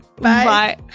Bye